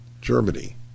Germany